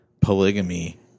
polygamy